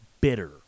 bitter